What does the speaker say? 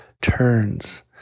turns